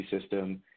system